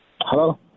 Hello